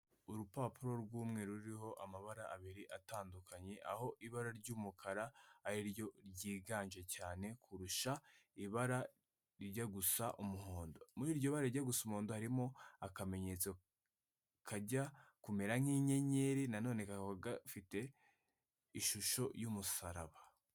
Urupapuro rw'umwe ruriho amabara abiri atandukanye, aho ibara ry'umukara ari ryo ryiganje cyane kurusha ibara rijya gusa umuhondo, muri iryo bara rijya gusa umuhondo harimo akamenyetso kajya kumera nk'inyenyeri na none kakaba gafite ishusho y'umusaraba.